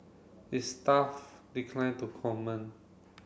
its staff declined to comment